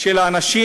של אנשים,